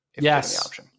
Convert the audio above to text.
Yes